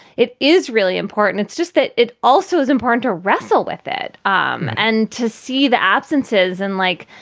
it is really important. it's just that it also is important to wrestle with it um and to see the absences and, like,